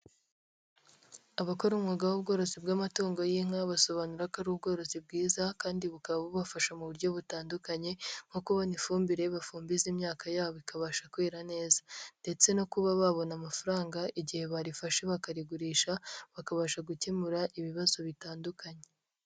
Abakora umwuga w'ubworozi bw'amatungo y'inka basobanura ko ari ubworozi bwiza kandi bukaba bubafasha mu buryo butandukanye, nko kubona ifumbire bafumbiza imyaka yabo ikabasha kwera neza ndetse no kuba babona amafaranga igihe barifashe bakarigurisha, bakabasha gukemura ibibazo bitandukanye.